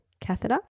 catheter